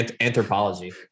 Anthropology